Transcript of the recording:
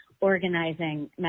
organizing